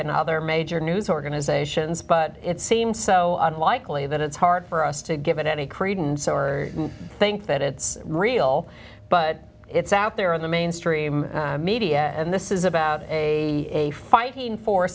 and other major news organizations but it seemed so unlikely that it's hard for us to give it any credence or think that it's real but it's out there in the mainstream media and this is about a